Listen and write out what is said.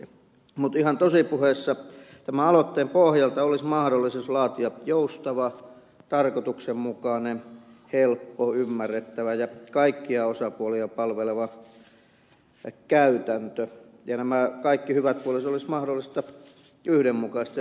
mutta ihan tosipuheissa tämän aloitteen pohjalta olisi mahdollisuus laatia joustava tarkoituksenmukainen helppo ymmärrettävä ja kaikkia osapuolia palveleva käytäntö ja nämä kaikki hyvät puolet olisi mahdollista yhdenmukaistaa